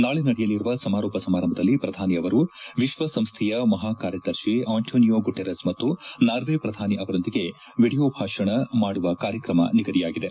ನಾಳೆ ನಡೆಯಲಿರುವ ಸಮಾರೋಪ ಸಮಾರಂಭದಲ್ಲಿ ಪ್ರಧಾನಿ ಅವರು ವಿಶ್ವಸಂಸ್ಟೆಯ ಮಹಾ ಕಾರ್ಯದರ್ಶಿ ಆಂಟಾನಿಯೊ ಗುಟೆರೆಸ್ ಮತ್ತು ನಾರ್ವೆ ಶ್ರಧಾನಿ ಅವರೊಂದಿಗೆ ವಿಡಿಯೋ ಭಾಷಣ ಮಾಡುವ ಕಾರ್ಯಕ್ರಮ ನಿಗದಿಯಾಗಿದೆ